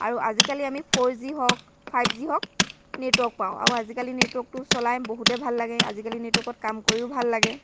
আৰু আজিকালি আমি ফ'ৰ জি হওঁক ফাইভ জি হওঁক নেটৱৰ্ক পাওঁ আৰু আজিকালি নেটৱৰ্কটো চলাই বহুতে ভাল লাগে আজিকালি নেটৱৰ্কত কাম কৰিও ভাল লাগে